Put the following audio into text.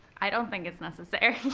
i don't think it's necessary.